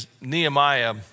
Nehemiah